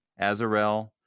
Azarel